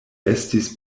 estis